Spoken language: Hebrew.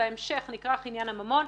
בהמשך נכרך עניין הממון.